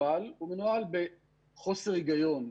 אבל הוא מנוהל בחוסר היגיון.